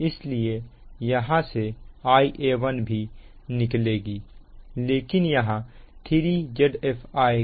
इसलिए यहां से Ia1 भी निकलेगी लेकिन यहां 3 Zf आएगा